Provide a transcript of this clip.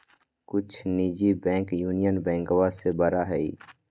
कुछ निजी bank Union बैंकवा से बड़ा हई